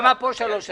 למה כאן זה שלוש שנים?